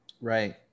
Right